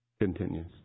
continues